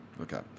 Okay